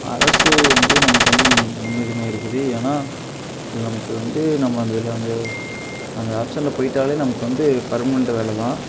அரசு வந்து நமக்கு வந்து முன் முன்னுரிமை அளிக்குது ஏன்னால் அது நமக்கு வந்து நம்ம அந்த இதில் வந்து அந்த ஆப்ஷனில் போயிட்டாலே நமக்கு வந்து பர்மனென்ட்டு வேலை தான்